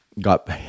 Got